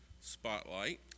spotlight